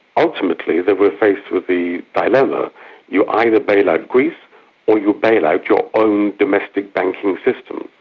ultimately they were faced with the dilemma you either bail out greece or you bail out your own domestic banking systems.